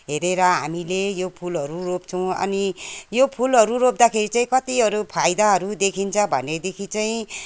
हेरेर हामीले यो फुलहरू रोप्छौँ अनि यो फुलहरू रोप्दाखेरि चाहिँ कतिहरू फाइदाहरू देखिन्छ भनेदेखि चाहिँ